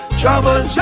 trouble